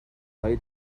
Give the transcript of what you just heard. های